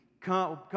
come